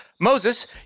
moses